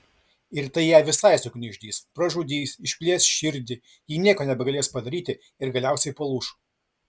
ir tai ją visai sugniuždys pražudys išplėš širdį ji nieko nebegalės padaryti ir galiausiai palūš